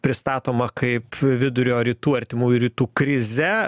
pristatoma kaip vidurio rytų artimųjų rytų krize